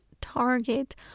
target